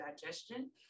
digestion